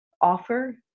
offer